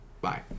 bye